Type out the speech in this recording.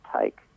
take